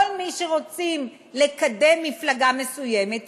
כל מי שרוצים לקדם מפלגה מסוימת,